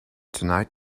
tonight